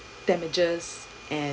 damages and